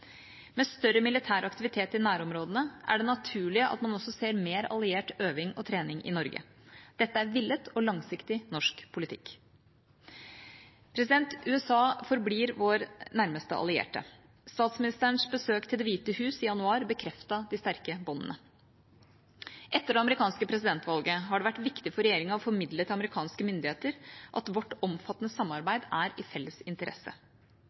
Med større militær aktivitet i nærområdene er det naturlig at man også ser mer alliert øving og trening i Norge. Dette er villet og langsiktig norsk politikk. USA forblir vår nærmeste allierte. Statsministerens besøk til Det hvite hus i januar bekreftet de sterke båndene. Etter det amerikanske presidentvalget har det vært viktig for regjeringa å formidle til amerikanske myndigheter at vårt omfattende samarbeid er av felles interesse.